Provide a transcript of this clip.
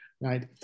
right